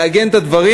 לעגן את הדברים.